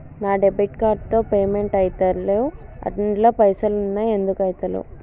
నా debit card తో payment ఐతలేవ్ అండ్ల పైసల్ ఉన్నయి ఎందుకు ఐతలేవ్?